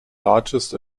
largest